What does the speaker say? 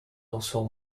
also